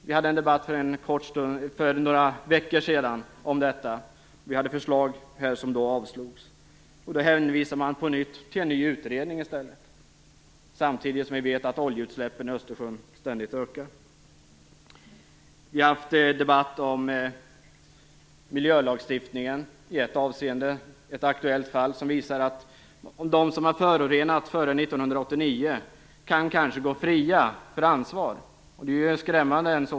Vi hade en debatt om detta för några veckor sedan. Vi hade förslag uppe som då avslogs. Då hänvisade man på nytt till en ny utredning. Samtidigt vet vi att oljeutsläppen i Östersjön ständigt ökar. Vi har haft en debatt om miljölagstiftningen i ett avseende. Det gällde ett aktuellt fall som visade att de som har förorenat före 1989 kanske kan gå fria från ansvar. En sådan utveckling är skrämmande.